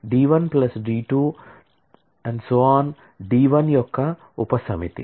D l యొక్క ఉపసమితి